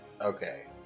Okay